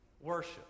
worship